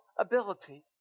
ability